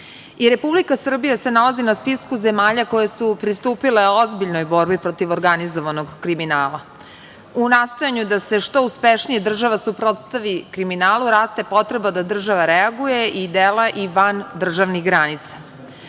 Republika Srbije se nalazi na spisku zemalja koje su pristupile ozbiljnoj borbi protiv organizovanog kriminala. U nastojanju da se što uspešnije država suprotstavi kriminalu raste potreba da država reaguje i dela i van državnih granica.